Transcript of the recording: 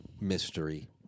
mystery